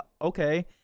okay